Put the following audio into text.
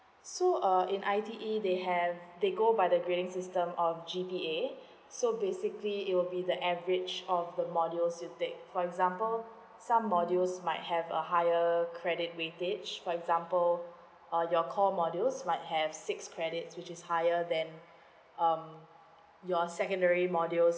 so uh in I_T_E they have they go by the grading system of G_P_A so basically it will be the average of the modules you take for example some modules might have a higher credit weightage for example uh your core modules might have six credits which is higher than um your secondary modules